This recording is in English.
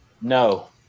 No